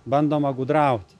bandoma gudrauti